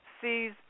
sees